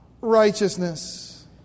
righteousness